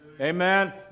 amen